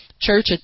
Church